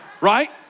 right